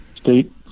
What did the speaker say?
state